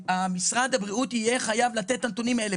משרד הבריאות יהיה חייב לתת את הנתונים האלה,